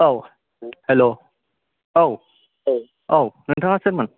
औ हेल' औ औ नोंथाङा सोरमोन